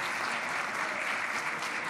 (מחיאות כפיים)